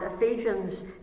Ephesians